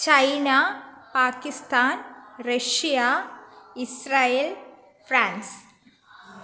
China Pakistan Russia Israel France